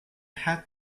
had